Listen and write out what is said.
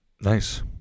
Nice